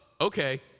Okay